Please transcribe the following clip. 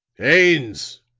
haines,